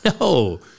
no